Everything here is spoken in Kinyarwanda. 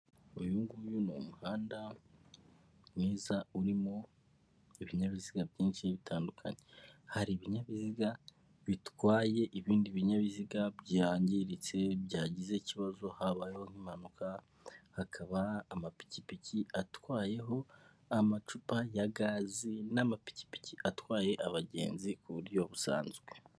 Uyu nguyu ni umuhanda mwiza urimo ibinyabiziga byinshi bitandukanye hari ibinyabiziga bitwaye ibindi binyabiziga byangiritse byagize ikibazo habayeho nk'impanuka hakaba amapikipiki atwayeho amacupa ya gaz n'amapikipiki atwaye abagenzi ku buryo busanzwe.